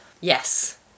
yes